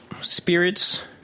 spirits